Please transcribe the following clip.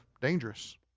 Dangerous